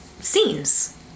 scenes